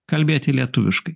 kalbėti lietuviškai